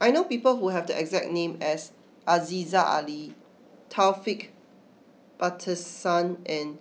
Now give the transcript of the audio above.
I know people who have the exact name as Aziza Ali Taufik Batisah and